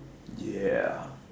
ya